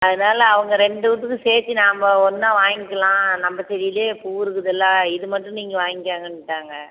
அதனால அவங்க ரெண்டு வீட்டுக்கும் சேர்த்தி நாம் ஒன்றா வாங்கிக்கலாம் நம்ம செடிலேயே பூ இருக்குதில்ல இது மட்டும் நீங்கள் வாங்கிக்கோங்கண்ட்டாங்க